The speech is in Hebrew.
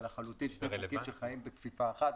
אלה חוקים שחיים בכפיפה אחת.